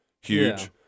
huge